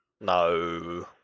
No